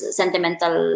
sentimental